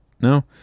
no